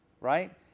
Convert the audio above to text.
right